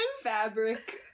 Fabric